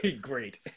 Great